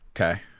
Okay